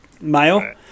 male